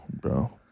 bro